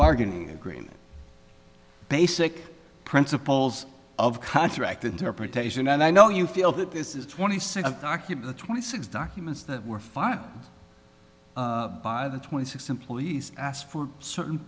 bargaining agreement basic principles of contract interpretation and i know you feel that this is twenty six twenty six documents that were filed by the twenty six employees asked for certain